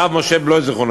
הרב משה בלוי ז"ל,